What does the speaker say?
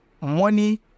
money